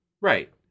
Right